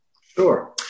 Sure